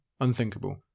Unthinkable